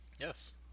yes